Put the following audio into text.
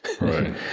Right